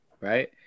right